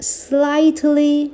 slightly